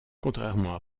contrairement